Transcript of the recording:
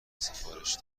سفارش